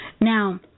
Now